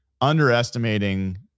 underestimating